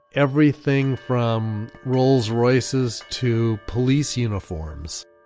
everything from rolls royces to police uniforms.